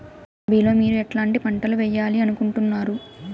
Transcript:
రబిలో మీరు ఎట్లాంటి పంటలు వేయాలి అనుకుంటున్నారు?